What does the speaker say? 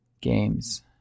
games